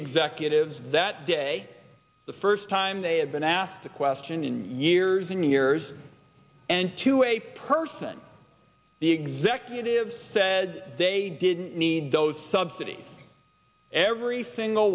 executives that day the first time they had been asked a question in years and years and to a person the executives said they didn't need those subsidies every single